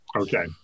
Okay